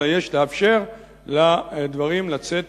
אלא יש לאפשר לדברים לצאת